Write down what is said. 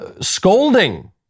scolding